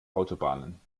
autobahnen